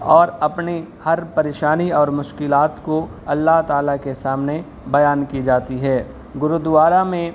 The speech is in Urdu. اور اپنی ہر پریشانی اور مشكلات كو اللہ تعالیٰ كے سامنے بیان كی جاتی ہے گرودوارہ میں